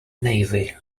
navy